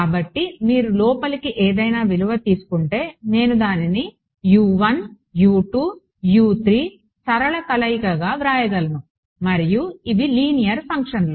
కాబట్టి మీరు లోపలికి ఏదైనా విలువ తీసుకుంటే నేను దానిని సరళ కలయికగా వ్రాయగలను మరియు ఇవి లీనియర్ ఫంక్షన్లు